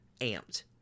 amped